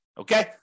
Okay